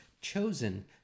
chosen